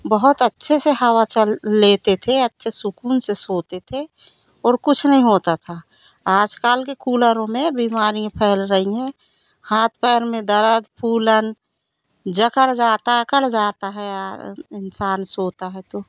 बहुत अच्छे से हवा चल लेते थे अच्छे सऊकून से सोते थे और कुछ नहीं होता था आज कल के कूलरों में बीमारी फैल रही हैं हाथ पैर में दर्द फूलन जकड़ जाता है अकड़ जाता है इंसान सोता है तो